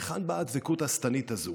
מהיכן באה הדבקות השטנית הזו?